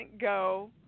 go